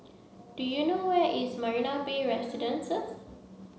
do you know where is Marina Bay Residences